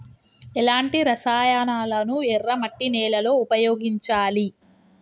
ఎలాంటి రసాయనాలను ఎర్ర మట్టి నేల లో ఉపయోగించాలి?